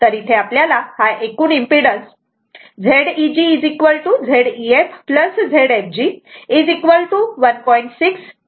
तर इथे आपल्याला हा एकूण impedance Z eg Zef Zfg 1